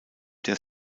der